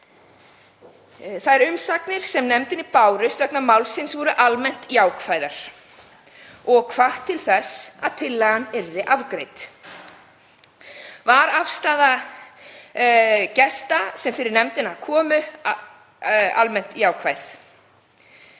Þær umsagnir sem nefndinni bárust vegna málsins voru almennt jákvæðar og hvatt til þess að tillagan yrði afgreidd. Þá var afstaða gesta sem fyrir nefndina komu almennt jákvæð.